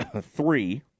three